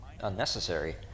unnecessary